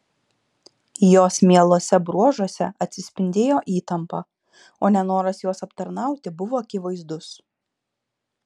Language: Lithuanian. jos mieluose bruožuose atsispindėjo įtampa o nenoras juos aptarnauti buvo akivaizdus